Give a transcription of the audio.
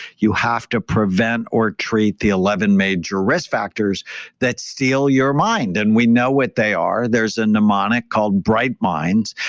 you have to prevent or treat the eleven major risk factors that steal your mind. and we know what they are. there's a mnemonic called bright minds.